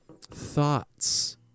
Thoughts